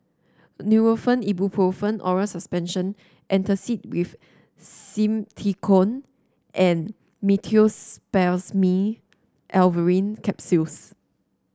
Nurofen Ibuprofen Oral Suspension Antacid with Simethicone and Meteospasmyl Alverine Capsules